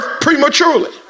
prematurely